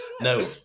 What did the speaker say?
no